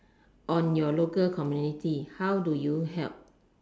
on your local community how do you help